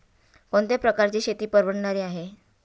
कोणत्या प्रकारची शेती पद्धत परवडणारी आहे?